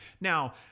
Now